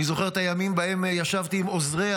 אני זוכר את הימים שבהם ישבתי עם עוזריה